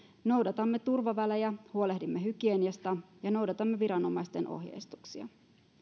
noudatamme turvavälejä huolehdimme hygieniasta ja noudatamme viranomaisten ohjeistuksia